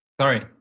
sorry